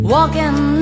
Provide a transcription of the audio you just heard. Walking